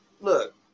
look